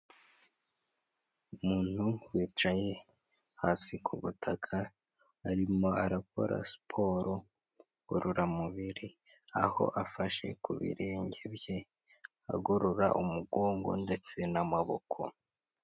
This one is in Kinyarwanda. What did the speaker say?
Umuntu wicaye hasi ku butaka arimo arakora siporo ngororamubiri, aho afashe ku birenge bye, agorora umugongo ndetse n'amaboko.